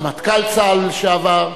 רמטכ"ל צה"ל לשעבר,